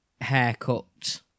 haircut